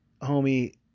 Homie